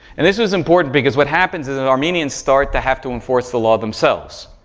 and this was important, because what happens is, and armenians start to have to enforce the law themselves.